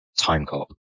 Timecop